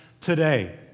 today